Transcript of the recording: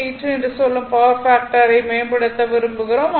8 என்று சொல்லும் பவர் ஃபாக்டரை மேம்படுத்த விரும்புகிறோம்